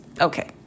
Okay